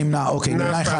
הצבעה לא אושרה נפל.